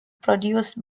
produced